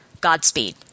Godspeed